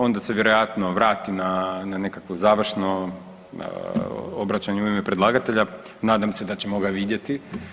Onda se vjerojatno vrati na nekakvo završno obraćanje u ime predlagatelja, nadam se da ćemo ga vidjeti.